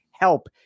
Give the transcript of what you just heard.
help